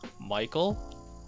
Michael